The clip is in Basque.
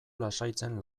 lasaitzen